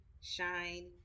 shine